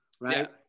Right